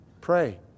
Pray